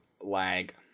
lag